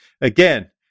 Again